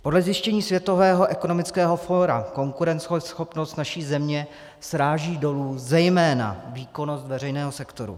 Podle zjištění Světového ekonomického fóra konkurenceschopnost naší země sráží dolů zejména výkonnost veřejného sektoru.